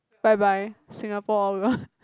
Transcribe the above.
bye bye Singapore over